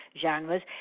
genres